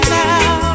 now